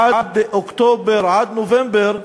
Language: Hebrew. עד אוקטובר, עד נובמבר,